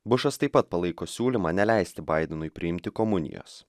bušas taip pat palaiko siūlymą neleisti baidenui priimti komunijos